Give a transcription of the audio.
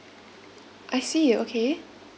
I see okay